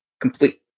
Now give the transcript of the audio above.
complete